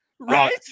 right